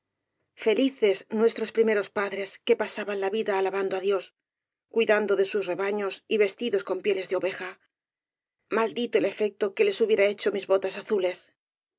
felices nuestros primeros padres que pasaban la vida alabando á dios cuidando de sus rebaños y vestidos con pieles de oveja maldito el efecto que les hubiera hecho mis botas azules